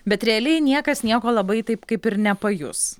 bet realiai niekas nieko labai taip kaip ir nepajus